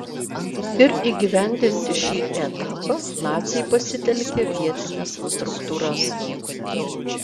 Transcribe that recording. ir įgyvendinti šį etapą naciai pasitelkė vietines struktūras